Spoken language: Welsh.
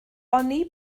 oni